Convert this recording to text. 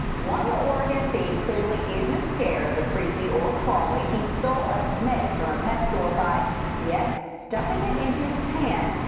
one oregon thief clearly isn't scared of the creepy or crawly. he stole a snake from a pet store. by stuffing it in his pants.